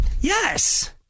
Yes